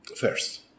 First